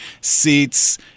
seats